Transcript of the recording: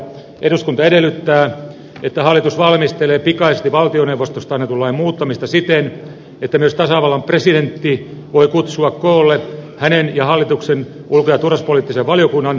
eduskunta edellyttää että hallitus valmistelee pikaisesti valtioneuvostosta annetun lain muuttamista siten että myös tasavallan presidentti voi kutsua koolle hänen ja hallituksen ulko ja turvallisuuspoliittisen valiokunnan yhteiskokouksen